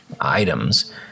items